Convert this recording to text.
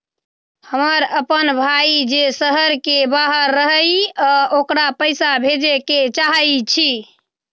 हमर अपन भाई जे शहर के बाहर रहई अ ओकरा पइसा भेजे के चाहई छी